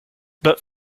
but